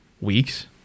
weeks